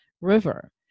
River